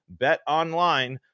BetOnline